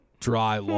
Dry